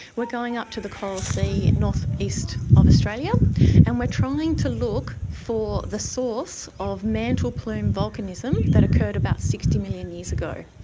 we are going up to the coral sea north-east of australia and we trying to look for the source of mantle plume volcanism that occurred about sixty million years ago.